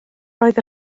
roedd